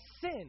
sin